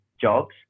jobs